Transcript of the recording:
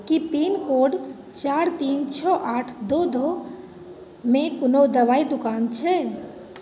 की pincode चारि तीन छओ आठ दू दूमे कोनो दवाइ दोकान छै